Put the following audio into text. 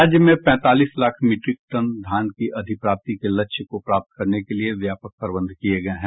राज्य में पैंतालीस लाख मीट्रिक टन धान की अधिप्राप्ति के लक्ष्य को प्राप्त करने के लिए व्यापक प्रबंध किए गये हैं